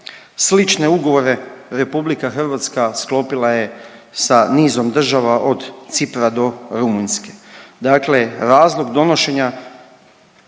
Slične ugovore RH sklopila je sa nizom država od Cipra do Rumunjske. Dakle, razlog donošenja